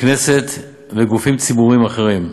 הכנסת וגופים ציבוריים אחרים,